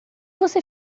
você